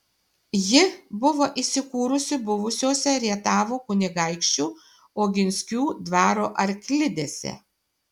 ji buvo įsikūrusi buvusiose rietavo kunigaikščių oginskių dvaro arklidėse